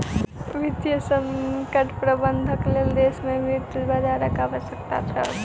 वित्तीय संकट प्रबंधनक लेल देश में व्युत्पन्न बजारक आवश्यकता छल